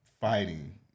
Fighting